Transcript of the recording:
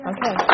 Okay